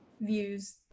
views